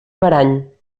averany